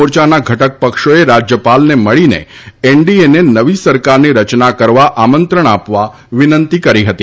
મોરચાના ઘટકપક્ષોએ રાજ્યપાલને મળીને એનડીએને નવી સરકારની રચના કરવા આમંત્રણ આપવા વિનંતી કરી હતી